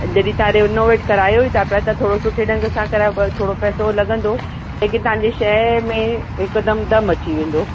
जॾहिं तव्हां रेनोवेट करायो ई था पिया त थोरो सुठे ढंग सां करायो पर थोरो पैसो लॻंदो लेकिन तव्हांजी शइ में हिकदमु दम अची वेंदो